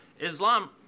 Islam